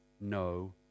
no